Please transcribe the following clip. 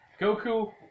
Goku